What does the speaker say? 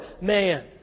man